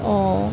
অঁ